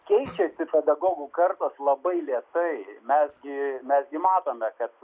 keičiasi pedagogų kartos labai lėtai mes gi mes gi matome kad